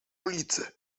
ulicę